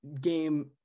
game